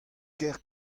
kêr